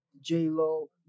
j-lo